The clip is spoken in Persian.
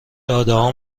دادگاهها